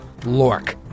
Lork